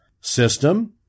system